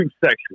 sexual